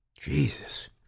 Jesus